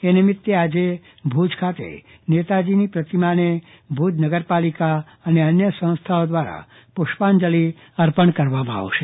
એ નિમિત્તે આજે ભુજ ખાતે નેતાજીની પ્રતિમાને ભુજ નગરપાલિકા અને અન્ય સંસ્થાઓ દ્વારા પુષ્પાંજલી અર્પણ કરવામાં આવશે